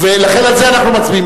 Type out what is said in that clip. לכן, על זה אנחנו מצביעים.